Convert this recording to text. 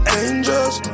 angels